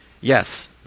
Yes